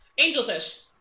Angelfish